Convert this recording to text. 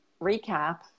recap